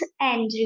Andrew